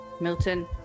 Milton